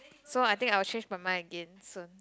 so I think I will change my mind again soon